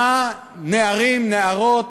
מה נערים, נערות,